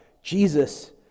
jesus